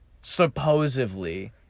Supposedly